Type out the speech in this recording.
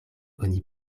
oni